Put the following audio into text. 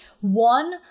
One